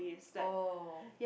oh